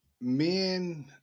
men